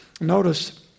notice